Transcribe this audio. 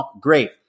Great